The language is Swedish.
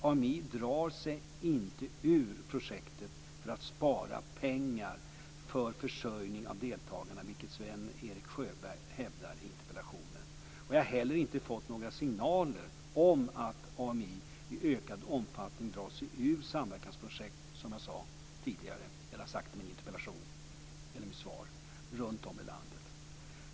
AMI drar sig dock inte ur projektet för att spara pengar för försörjning av deltagarna, vilket Sven-Erik Sjöberg hävdar i interpellationen. Vidare har vi inte fått några signaler om att AMI i ökad omfattning drar sig ur, som jag sagt i mitt svar, samverkansprojekt runtom i landet.